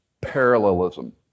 parallelism